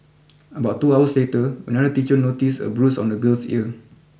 about two hours later another teacher noticed a bruise on the girl's ear